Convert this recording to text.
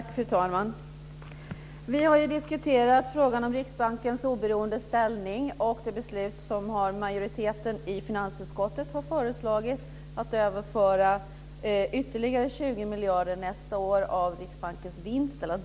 Fru talman! Vi har ju diskuterat frågan om Riksbankens oberoende ställning och det förslag som majoriteten i finansutskottet har om att begära en överföring nästa år av ytterligare 20 miljarder av Riksbankens vinst.